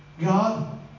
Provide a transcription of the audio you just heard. God